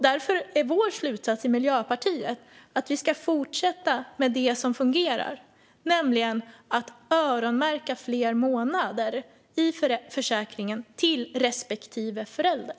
Därför är Miljöpartiets slutsats att man ska fortsätta med det som fungerar, nämligen öronmärka fler månader i försäkringen till respektive förälder.